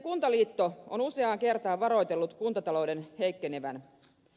kuntaliitto on useaan kertaan varoitellut kuntatalouden heikkenevän